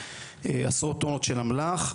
עשרות טונות של אמל"ח,